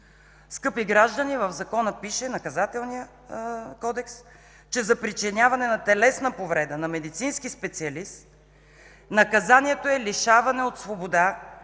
Скъпи граждани, в закона пише, в Наказателния кодекс, че за причиняване на телесна повреда на медицински специалист, наказанието е лишаване от свобода